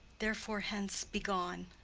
therefore hence, be gone.